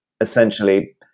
essentially